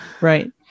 Right